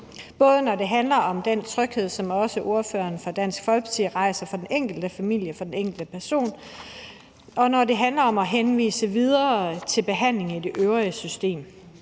både når det handler om den tryghed, som også ordføreren for Dansk Folkeparti nævner, for den enkelte familie, for den enkelte person, og når det handler om at henvise til behandling i det øvrige system.